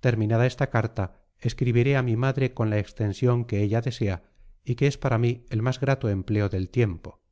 terminada esta carta escribiré a mi madre con la extensión que ella desea y que es para mí el más grato empleo del tiempo